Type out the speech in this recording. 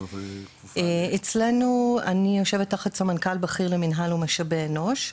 אני יושבת תחת סמנכ"ל בכיר למינהל ומשאבי אנוש.